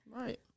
Right